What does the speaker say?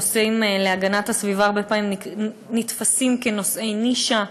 נושאים של הגנת הסביבה הרבה פעמים נתפסים כנושאי נישה,